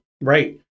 Right